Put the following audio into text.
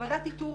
ועדת איתור